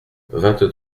vingt